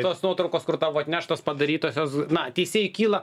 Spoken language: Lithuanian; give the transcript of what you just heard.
tos nuotraukos kur tavo atneštos padarytosios jos na teisėjui kyla